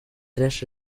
tres